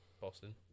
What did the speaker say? Boston